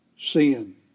Sin